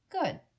good